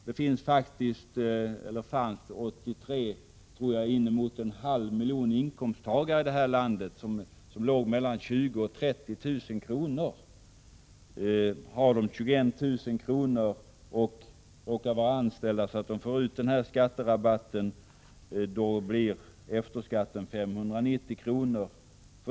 Det fanns 1983 inemot en halv miljon inkomsttagare i landet som hade en inkomst på 20 000-30 000 kr. För den som tjänar 21 000 kr. i år och råkar vara anställd och får skatterabatten blir efterskatten 590 kr.